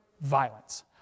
violence